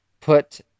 put